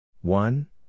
One